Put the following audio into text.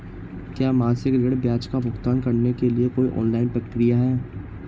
क्या मासिक ऋण ब्याज का भुगतान करने के लिए कोई ऑनलाइन प्रक्रिया है?